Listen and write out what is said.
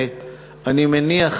ואני מניח,